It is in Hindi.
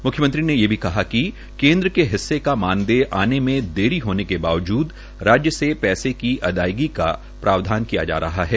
मुख्यमंत्री ने ये भी कहा कि केन्द्र के हिस्से का मानदेय आने में देरी होने के बावजूद राज्य से पैसे की अदायगी का प्रावधान किया जा रहा है